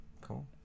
Cool